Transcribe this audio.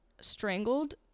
strangled